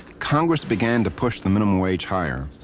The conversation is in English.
congress began to push the minimum wage higher.